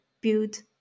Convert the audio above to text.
build